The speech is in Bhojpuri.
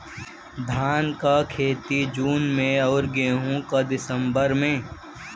धान क खेती जून में अउर गेहूँ क दिसंबर में?